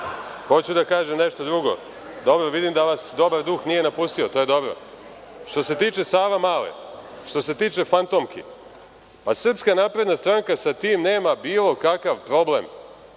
Hoću da kažem, nešto drugo. Dobro, vidim da vas dobar duh nije napustio, to je dobro. Što se tiče Savamale, što se tiče fantomki, pa SNS sa tim nema bilo kakav problem.